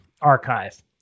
archive